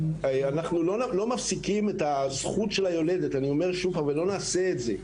אנחנו לא מפסיקים את הזכות של היולדת ולא נעשה את זה.